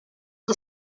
are